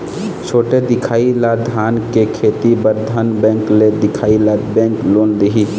छोटे दिखाही ला धान के खेती बर धन बैंक ले दिखाही ला बैंक लोन दिही?